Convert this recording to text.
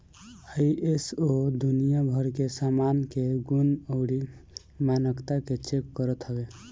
ISO दुनिया भर के सामान के गुण अउरी मानकता के चेक करत हवे